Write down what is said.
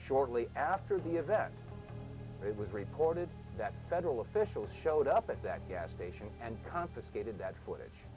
shortly after the event it was reported that federal officials showed up at that gas station and confiscated that footage